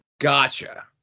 gotcha